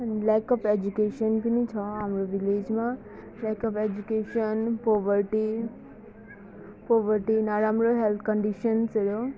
अनि lack of education पनि छ हाम्रो भिलेजमा lack of education poverty poverty नराम्रो हेल्थ कन्डिसन्सहरू